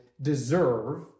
deserve